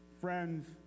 friends